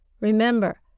Remember